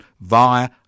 via